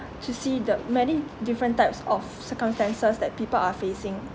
to see the many different types of circumstances that people are facing